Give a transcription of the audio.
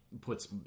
puts